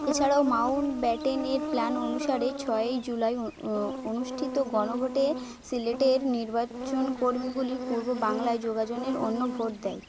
এছাড়াও মাউন্টব্যাটেনের প্ল্যান অনুসারে ছয়ই জুলাই অনুষ্ঠিত গণভোটে সিলেটের নির্বাচন কর্মীগুলির পূর্ব বাংলায় জনগনের অন্য ভোট দেয়